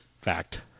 Fact